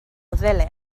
ddulyn